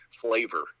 flavor